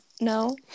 no